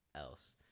else